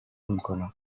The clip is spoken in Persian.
میکنم